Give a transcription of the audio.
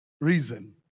reason